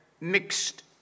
mixed